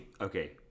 okay